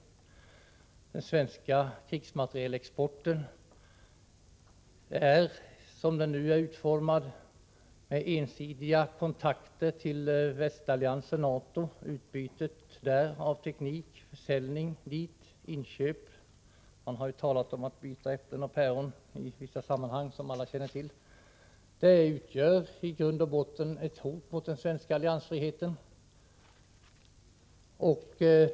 Man har när det gäller den svenska krigsmaterielexporten, som den nu är utformad, ensidiga kontakter med västalliansen NATO, och man har utbyte av teknik, försäljning och inköp — man har, som alla känner till, i vissa sammanhang talat om att byta äpplen mot päron. Detta utgör i grund och botten ett hot mot den svenska alliansfriheten.